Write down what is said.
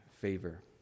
favor